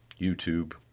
YouTube